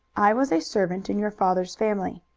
i was a servant in your father's family.